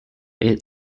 eight